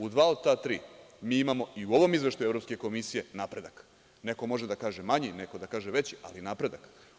U dva od ta tri, mi imamo i u ovom Izveštaju Evropske komisije napredak, neko može da kaže manji, neko može da kaže veći, ali napredak.